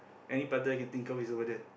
any prata I can think of is over there